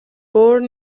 born